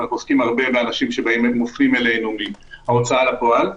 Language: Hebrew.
אנחנו עוסקים הרבה באנשים שמופנים אלינו מההוצאה לפעול.